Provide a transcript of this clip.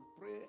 pray